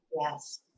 Yes